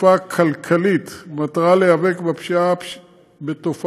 כך הוקמה במשטרה חוליית תקיפה כלכלית במטרה להיאבק בפשיעה החקלאית